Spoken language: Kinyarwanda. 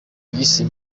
yise